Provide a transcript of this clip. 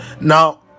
Now